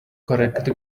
correct